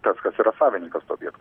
tas kas yra savininkas to objekto